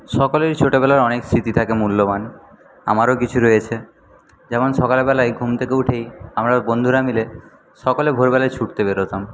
সকলেরই ছোটবেলার অনেক স্মৃতি থাকে মূল্যবান আমারও কিছু রয়েছে যেমন সকালবেলায় ঘুম থেকে উঠেই আমরা বন্ধুরা মিলে সকলে ভোরবেলায় ছুটতে বেরোতাম